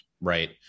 right